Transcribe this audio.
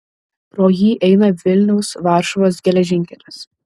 pro jį eina vilniaus varšuvos geležinkelis